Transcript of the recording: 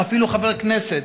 או אפילו חבר כנסת,